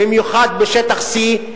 במיוחד בשטחC ,